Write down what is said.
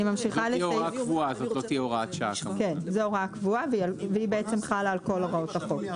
זה הוראה קבועה והיא בעצם חלה על כל הוראות החוק.